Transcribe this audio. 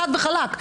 חד וחלק.